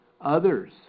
others